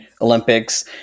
olympics